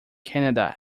canada